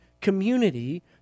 community